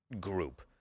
group